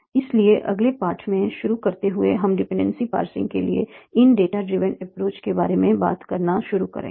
इसलिए अगले पाठ से शुरू करते हुए हम डिपेंडेंसी पार्सिंग के लिए इन ड्रिवन अप्रोच के बारे में बात करना शुरू करेंगे